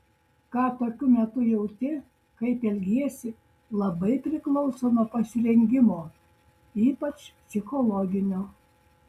ką tokiu metu jauti kaip elgiesi labai priklauso nuo pasirengimo ypač psichologinio